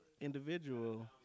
individual